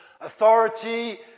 Authority